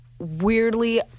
weirdly